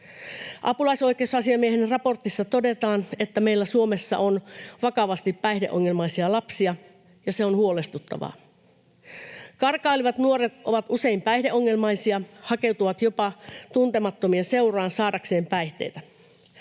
Apulaisoikeusasiamiehen raportissa todetaan, että meillä Suomessa on vakavasti päihdeongelmaisia lapsia, ja se on huolestuttavaa. Karkailevat nuoret ovat usein päihdeongelmaisia, hakeutuvat jopa tuntemattomien seuraan saadakseen päihteitä.